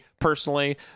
personally